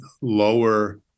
lower